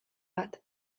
bat